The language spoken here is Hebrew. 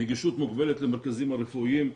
נגישות מוגבלת למרכזים הרפואיים.